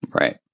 Right